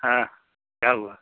हाँ क्या हुआ